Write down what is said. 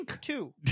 Two